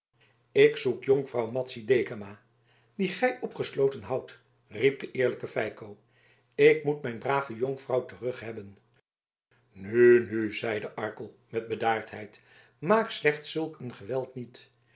ik zoek jonkvrouw madzy dekama die gij opgesloten houdt riep de eerlijke feiko ik moet mijn brave jonkvrouw terughebben nu nu zeide arkel met bedaardheid maak slechts zulk een geweld niet